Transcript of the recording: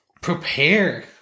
prepare